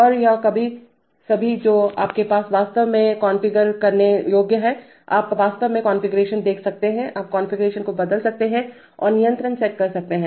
और ये सभी जो आपके पास वास्तव में कॉन्फ़िगर करने योग्य हैं आप वास्तव में कॉन्फ़िगरेशन देख सकते हैं आप कॉन्फ़िगरेशन को बदल सकते हैं और नियंत्रक सेट कर सकते हैं